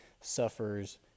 suffers